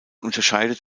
unterscheidet